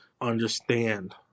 understand